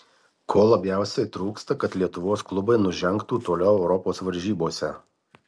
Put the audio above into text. ko labiausiai trūksta kad lietuvos klubai nužengtų toliau europos varžybose